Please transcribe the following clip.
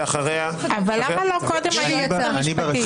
ואחריה --- למה הייעוץ המשפטי לא קודם?